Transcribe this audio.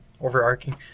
Overarching